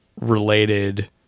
related